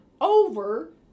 over